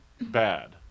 bad